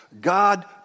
God